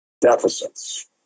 deficits